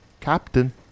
Captain